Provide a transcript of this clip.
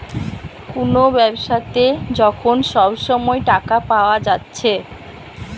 কুনো ব্যাবসাতে যখন সব সময় টাকা পায়া যাচ্ছে